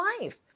life